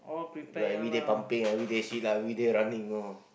because every day pumping every day sit up every day running